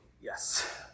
Yes